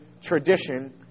tradition